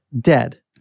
dead